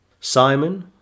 Simon